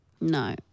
No